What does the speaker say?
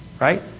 right